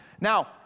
Now